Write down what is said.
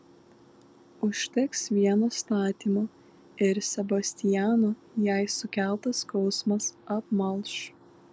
užteks vieno statymo ir sebastiano jai sukeltas skausmas apmalš